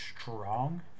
strong